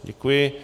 Děkuji.